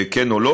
כן או לא.